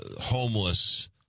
homeless